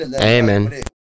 Amen